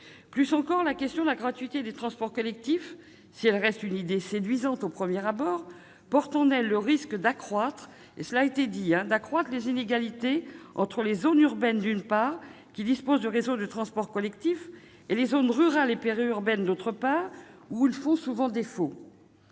Plus encore, la question de la gratuité des transports collectifs, si elle reste une idée séduisante au premier abord, porte en elle le risque- cela a été dit -d'accroître les inégalités entre les zones urbaines, d'une part, qui disposent de réseaux de transports collectifs, et les zones rurales et périurbaines, d'autre part, où ils font souvent défaut.